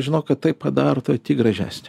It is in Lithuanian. žinok kad tai padaro tave tik gražesnį